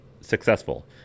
successful